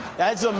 that's um